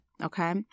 Okay